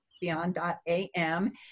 beyond.am